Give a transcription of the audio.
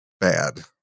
bad